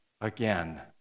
again